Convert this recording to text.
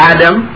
Adam